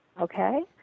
Okay